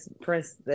Prince